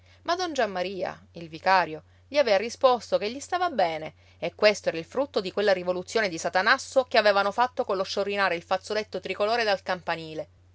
ma don giammaria il vicario gli avea risposto che gli stava bene e questo era il frutto di quella rivoluzione di satanasso che avevano fatto collo sciorinare il fazzoletto tricolore dal campanile